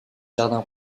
jardins